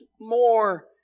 more